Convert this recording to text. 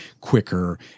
quicker